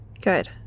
Good